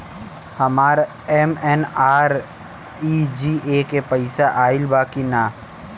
हमार एम.एन.आर.ई.जी.ए के पैसा आइल बा कि ना?